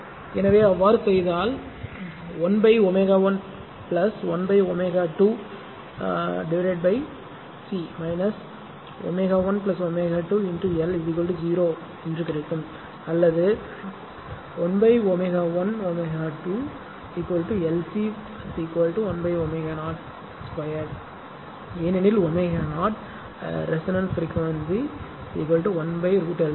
எனவே அவ்வாறு செய்தால் 1ω 1 1ω2 C ω 1 ω2 L 0 கிடைக்கும் அல்லது 1ω 1 ω2 LC 1ω0 2 ஏனெனில் ω0 ரெசோனன்ஸ் பிரிக்வேன்சி 1 √LC